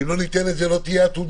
אם לא ניתן את זה לא תהיה עתודה.